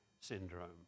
syndrome